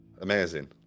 Amazing